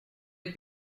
les